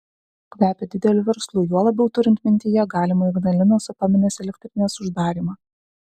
kvepia dideliu verslu juo labiau turint mintyje galimą ignalinos atominės elektrinės uždarymą